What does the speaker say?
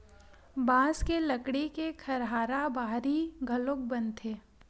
बांस के लकड़ी के खरहारा बाहरी घलोक बनथे